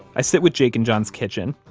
i sit with jake in john's kitchen,